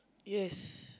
yes